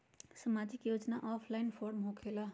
समाजिक योजना offline form होकेला?